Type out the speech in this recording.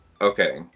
Okay